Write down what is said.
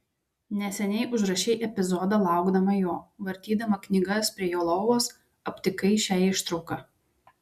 neseniai užrašei epizodą laukdama jo vartydama knygas prie jo lovos aptikai šią ištrauką